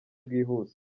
bwihuse